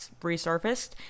resurfaced